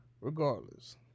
regardless